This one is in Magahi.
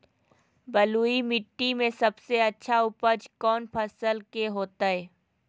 बलुई मिट्टी में सबसे अच्छा उपज कौन फसल के होतय?